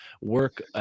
work